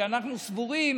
כשאנחנו סבורים